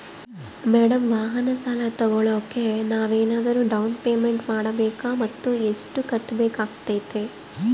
Madam ವಾಹನ ಸಾಲ ತೋಗೊಳೋಕೆ ನಾವೇನಾದರೂ ಡೌನ್ ಪೇಮೆಂಟ್ ಮಾಡಬೇಕಾ ಮತ್ತು ಎಷ್ಟು ಕಟ್ಬೇಕಾಗ್ತೈತೆ?